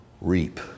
reap